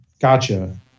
Gotcha